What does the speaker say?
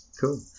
cool